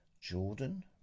Jordan